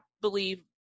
believe